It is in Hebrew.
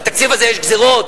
בתקציב הזה יש גזירות,